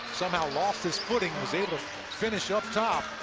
somehow lost his footing, was able to finish up top.